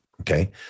Okay